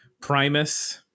Primus